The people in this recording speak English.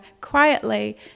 quietly